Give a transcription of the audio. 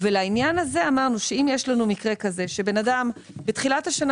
לעניין הזה אמרנו שאם יש לנו מקרה כזה שבן אדם בתחילת השנה